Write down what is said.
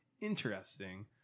interesting